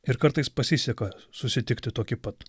ir kartais pasiseka susitikti tokį pat